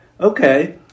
Okay